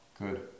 Good